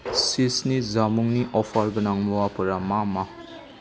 चीजनि जामुंनि अफार गोनां मुवाफोरा मा मा